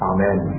Amen